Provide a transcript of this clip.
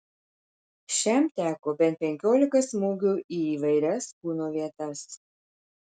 šiam teko bent penkiolika smūgių į įvairias kūno vietas